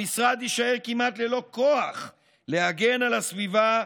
המשרד יישאר כמעט ללא כוח להגן על הסביבה,